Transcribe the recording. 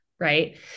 right